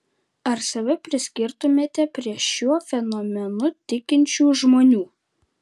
ar save priskirtumėte prie šiuo fenomenu tikinčių žmonių